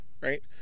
right